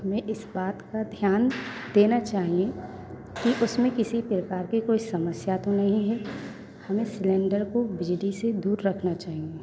हमें इस बात का ध्यान देना चाहिए कि इसमें किसी प्रकार के कोई समस्या तो नहीं है हमें सिलेंडर को बिजली से दूर रखना चाहिए